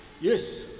Yes